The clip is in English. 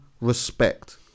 respect